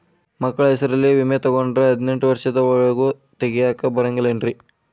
ಮಕ್ಕಳ ಹೆಸರಲ್ಲಿ ವಿಮೆ ತೊಗೊಂಡ್ರ ಹದಿನೆಂಟು ವರ್ಷದ ಒರೆಗೂ ತೆಗಿಯಾಕ ಬರಂಗಿಲ್ಲೇನ್ರಿ?